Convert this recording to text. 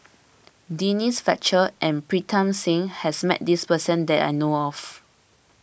Denise Fletcher and Pritam Singh has met this person that I know of